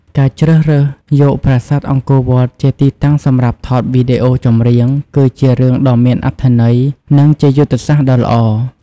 ការជ្រើសរើសយកប្រាសាទអង្គរវត្តជាទីតាំងសម្រាប់ថតវីដេអូចម្រៀង គឺជារឿងដ៏មានអត្ថន័យ និងជាយុទ្ធសាស្ត្រដ៏ល្អ។